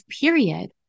period